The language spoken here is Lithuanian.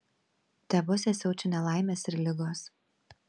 tebuose siaučia nelaimės ir ligos